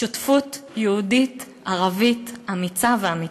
שותפות יהודית-ערבית אמיצה ואמיתית.